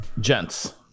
Gents